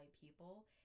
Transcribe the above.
people